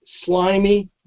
slimy